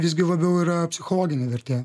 visgi labiau yra psichologinė vertė